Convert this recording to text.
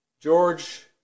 George